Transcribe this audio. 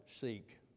seek